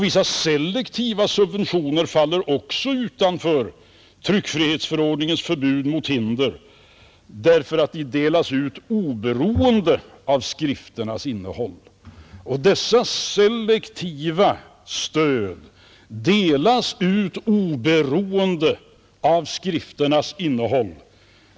Vissa selektiva subventioner faller också utanför TF:s förbud mot hinder därför att de delas ut oberoende av skrifternas innehåll.” Propositionens selektiva stöd delas ut oberoende av skrifternas innehåll.